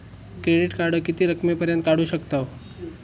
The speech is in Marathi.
क्रेडिट कार्ड किती रकमेपर्यंत काढू शकतव?